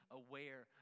aware